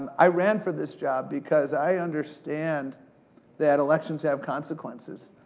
i ran for this job because i understand that elections have consequences.